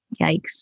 Yikes